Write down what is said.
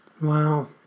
wow